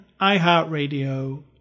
iHeartRadio